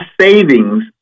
savings